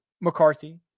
McCarthy